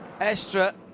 Estra